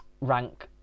rank